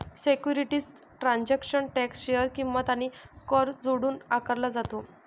securities transaction tax share किंमत आणि कर जोडून आकारला जातो